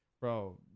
Bro